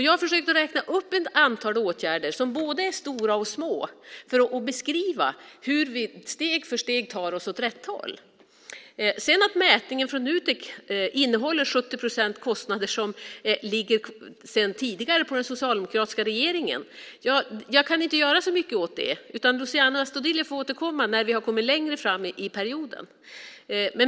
Jag har försökt att räkna upp ett antal åtgärder som är både stora och små för att beskriva hur vi steg för steg tar oss åt rätt håll. Att mätningen från Nutek innehåller 70 procent kostnader som är kvar från den socialdemokratiska regeringens tid kan jag inte göra så mycket åt. Luciano Astudillo får återkomma när vi har kommit längre fram i perioden.